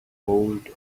hold